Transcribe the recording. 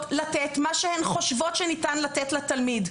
לתת מה שהם חושבות שניתן לתת לתלמיד.